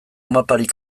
maparik